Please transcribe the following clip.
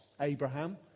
Abraham